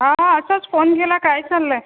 हा असंच फोन केला काय चाललं आहे